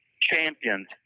champions